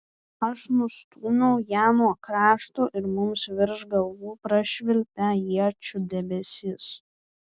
aš nustūmiau ją nuo krašto ir mums virš galvų prašvilpė iečių debesis